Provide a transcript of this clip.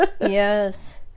yes